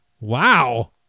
Wow